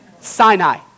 Sinai